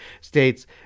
states